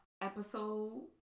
episode